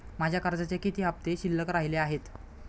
माझ्या कर्जाचे किती हफ्ते शिल्लक राहिले आहेत?